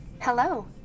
Hello